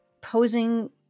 posing